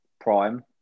prime